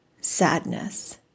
sadness